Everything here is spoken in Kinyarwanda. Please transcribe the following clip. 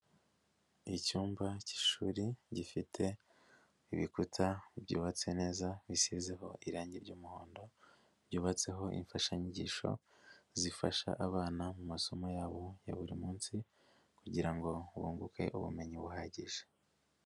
Icyumba cy'ishuri gifite ibikuta byubatse neza, bisizeho irangi ry'umuhondo, byubatseho imfashangisho, zifasha abana mu masomo yabo ya buri munsi kugira ngo bunguke ubumenyi buhagije.